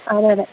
അതെയതെ